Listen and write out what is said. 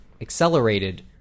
accelerated